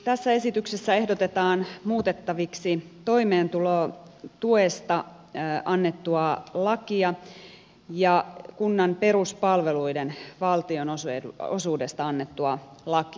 tässä esityksessä ehdotetaan muutettaviksi toimeentulotuesta annettua lakia ja kunnan peruspalveluiden valtionosuudesta annettua lakia